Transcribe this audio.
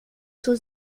zur